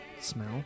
smell